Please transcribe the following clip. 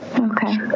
Okay